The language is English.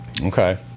Okay